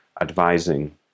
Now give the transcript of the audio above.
advising